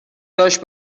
داشت